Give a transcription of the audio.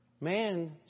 man